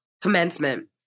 commencement